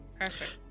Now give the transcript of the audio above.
Perfect